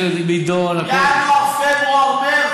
כסף.